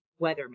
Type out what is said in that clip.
weatherman